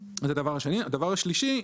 דבר שלישי,